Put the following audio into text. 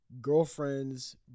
girlfriends